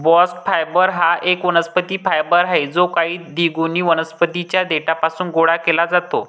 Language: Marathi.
बास्ट फायबर हा एक वनस्पती फायबर आहे जो काही द्विगुणित वनस्पतीं च्या देठापासून गोळा केला जातो